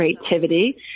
creativity